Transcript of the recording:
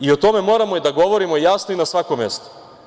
O tome moramo da govorimo jasno i na svakom mestu.